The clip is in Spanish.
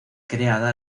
creada